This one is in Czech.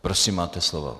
Prosím, máte slovo.